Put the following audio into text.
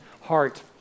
heart